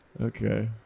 okay